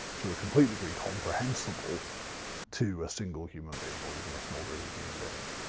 to a complete degree, comprehensible to a single human being, or even a small group of human beings.